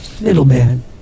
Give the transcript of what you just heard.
Middleman